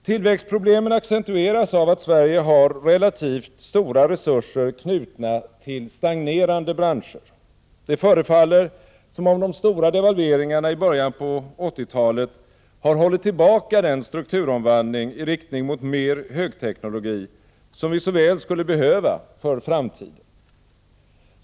Tillväxtproblemen accentueras av att Sverige har relativt stora resurser knutna till stagnerande branscher. Det förefaller som om de stora devalveringarna i början på 1980-talet har hållit tillbaka den strukturomvandling i riktning mot mer högteknologi som vi så väl skulle behöva för framtiden.